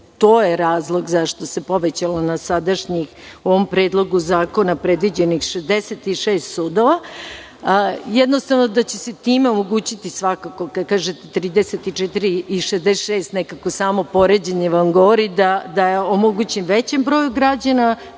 to je razlog zašto se povećalo na sadašnjih u ovom predlogu zakona predviđenih 66 sudova, jednostavno, da će se time omogućiti, kad kažete 34 i 66 nekako samo poređenje vam govori da je omogućen većem broju građana